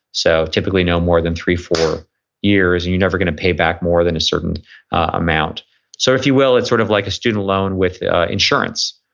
so, typically no more than three, four years and you're never going to pay back more than a certain amount so if you will, it's sort of like a student loan with insurance.